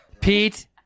Pete